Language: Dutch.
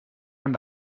aan